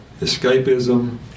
escapism